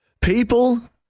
people